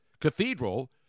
cathedral